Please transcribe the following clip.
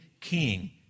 king